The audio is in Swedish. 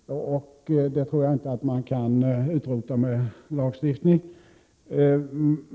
Det tror jag inte man kan utrota med lagstiftning.